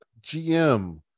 GM